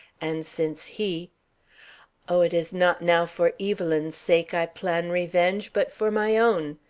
and since he oh, it is not now for evelyn's sake i plan revenge, but for my own!